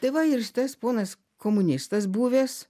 tai va ir šitas ponas komunistas buvęs